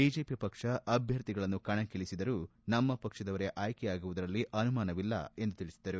BJP ಪಕ್ಷ ಅಭ್ವರ್ಧಿಗಳನ್ನು ಕಣಕ್ಕಿಳಿಸಿದರೂ ನಮ್ಮ ಪಕ್ಷದವರೇ ಆಯ್ಕೆಯಾಗುವುದರಲ್ಲಿ ಆನುಮಾನವಿಲ್ಲ ಎಂದು ತಿಳಿಸಿದರು